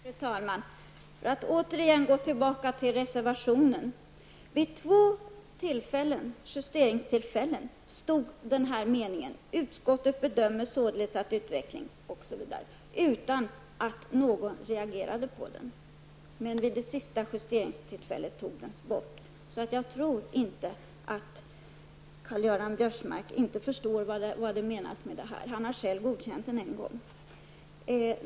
Fru talman! För att återigen gå tillbaka till reservationstexten: Vid två justeringstillfällen stod meningen som börjar med: ''Utskottet bedömer således att utvecklingen'' osv. med utan att någon reagerade. Men vid det sista justeringstillfället togs meningen bort. Jag tror inte att Karl-Göran Biörsmark inte förstår vad som menas. Han har själv godkänt texten en gång.